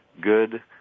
good –